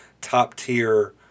top-tier